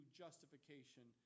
justification